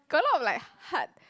got a lot of like hard